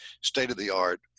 state-of-the-art